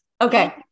okay